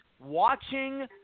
watching